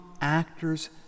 actors